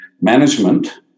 management